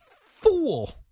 fool